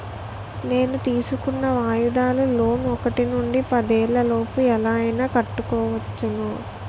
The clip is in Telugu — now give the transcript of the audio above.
నేను తీసుకున్న వాయిదాల లోన్ ఒకటి నుండి పదేళ్ళ లోపు ఎలా అయినా కట్టుకోవచ్చును